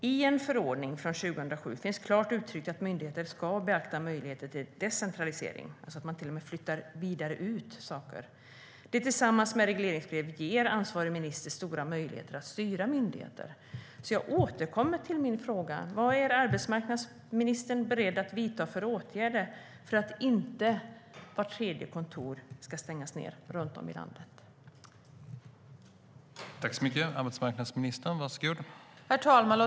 I en förordning från 2007 finns klart uttryckt att myndigheter ska beakta möjligheter till decentralisering, alltså att man till och med flyttar saker vidare ut. Detta, tillsammans med regleringsbrevet, ger ansvarig minister stora möjligheter att styra myndigheter. Jag återkommer därför till min fråga: Vad är arbetsmarknadsministern beredd att vidta för åtgärder för att inte vart tredje kontor runt om i landet ska stängas?